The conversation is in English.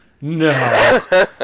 no